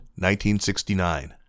1969